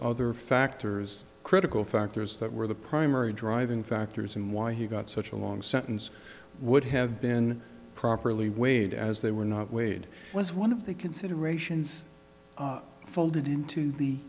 other factors critical factors that were the primary driving factors in why he got such a long sentence would have been properly weighed as they were not weighed was one of the considerations folded into the